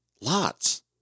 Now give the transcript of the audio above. Lots